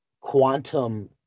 quantum